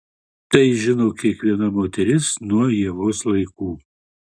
tai žino kiekviena moteris nuo ievos laikų